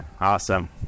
awesome